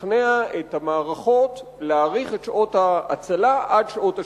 לשכנע את המערכות להאריך את שעות ההצלה עד שעות השקיעה.